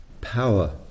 power